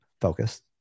focused